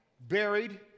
buried